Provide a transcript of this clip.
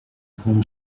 whom